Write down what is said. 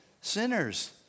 sinners